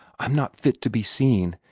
i'm not fit to be seen.